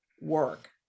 work